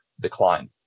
decline